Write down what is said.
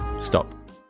stop